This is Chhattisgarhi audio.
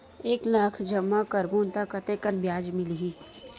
एक लाख जमा करबो त कतेकन ब्याज मिलही?